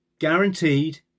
Guaranteed